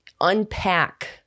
unpack